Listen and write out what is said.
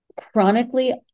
chronically